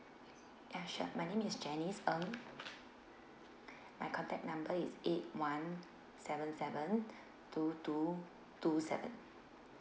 ya sure my name is janice ng my contact number is eight one seven seven two two two seven